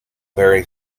very